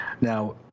Now